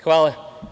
Hvala.